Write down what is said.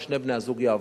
ששני בני-הזוג יעבדו,